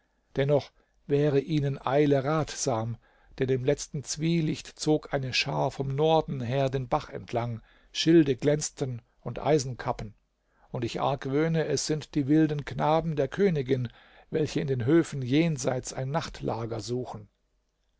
dennoch wäre ihnen eile ratsam denn im letzten zwielicht zog eine schar vom norden her den bach entlang schilde glänzten und eisenkappen und ich argwöhne es sind die wilden knaben der königin welche in den höfen jenseits ein nachtlager suchen